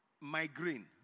migraine